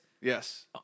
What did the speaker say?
Yes